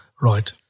right